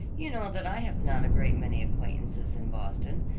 you know that i have not a great many acquaintances in boston,